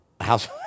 House